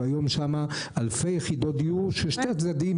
והיום יש שם אלפי יחידות דיור ששני הצדדים